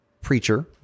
preacher